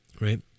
right